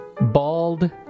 bald